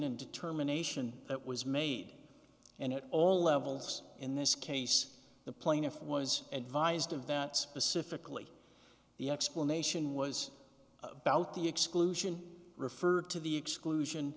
and determination that was made and at all levels in this case the plaintiff was advised of that specifically the explanation was about the exclusion referred to the exclusion